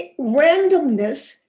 randomness